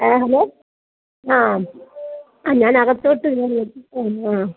ആ ഹലോ ആ ആ ഞാൻ ആകത്തോട്ട്